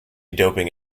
doping